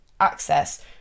access